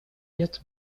лет